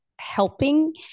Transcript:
helping